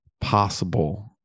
possible